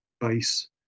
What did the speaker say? base